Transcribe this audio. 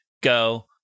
Go